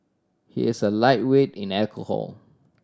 he is a lightweight in alcohol